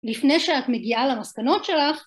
לפני שאת מגיעה למסקנות שלך,